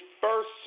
first